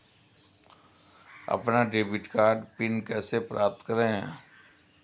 अपना debit card PIN कैसे प्राप्त करें?